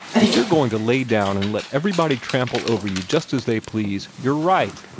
if you're going to lay down, and let everybody trample over you just as they please, you're right!